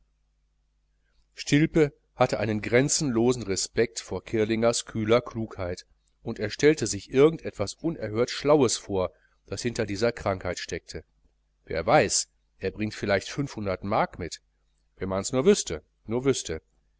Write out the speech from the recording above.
stilpe hatte einen grenzenlosen respekt vor girlingers kühler klugheit und er stellte sich irgend etwas unerhört schlaues vor das hinter dieser krankheit steckte wer weiß er bringt vielleicht mark mit wenn mans nur wüßte nur wüßte